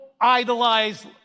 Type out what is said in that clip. idolize